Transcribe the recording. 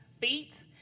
feet